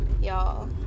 y'all